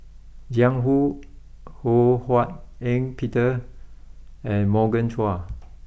Jiang Hu Ho Hak Ean Peter and Morgan Chua